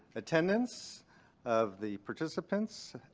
attendance of the participants.